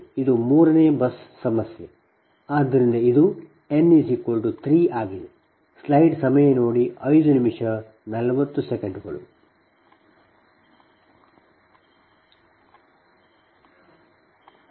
ಮತ್ತು ಇದು 3ನೆ ಬಸ್ ಸಮಸ್ಯೆ ಆದ್ದರಿಂದ ಇದು n 3 ಆಗಿದೆ